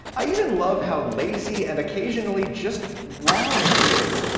i even love how lazy and occasionally just wrong he is.